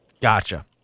Gotcha